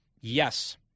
Yes